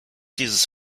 dieses